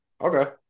Okay